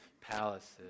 palaces